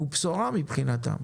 הוא בשורה מבחינתם,